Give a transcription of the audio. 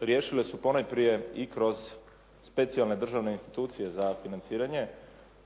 riješile su ponajprije i kroz specijalne državne institucije za financiranje.